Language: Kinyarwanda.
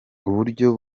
uburyo